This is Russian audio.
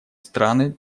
страны